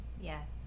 Yes